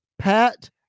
Pat